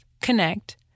connect